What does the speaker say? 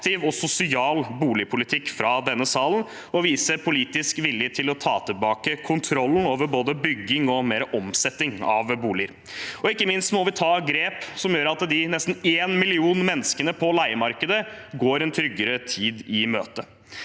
og sosial boligpolitikk fra denne salen og vise politisk vilje til å ta tilbake kontrollen over både bygging og mer omsetning av boliger. Ikke minst må vi ta grep som gjør at de nesten 1 million menneskene på leiemarkedet går en tryggere tid i møte.